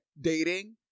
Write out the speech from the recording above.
dating